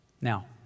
now